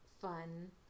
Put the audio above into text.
fun